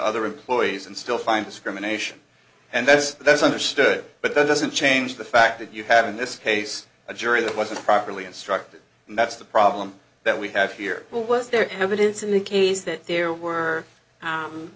other employees and still find discrimination and that's that's understood but that doesn't change the fact that you had in this case a jury that wasn't properly instructed and that's the problem that we have here but was there evidence in the case that there were